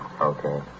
Okay